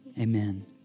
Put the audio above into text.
Amen